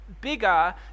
bigger